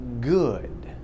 good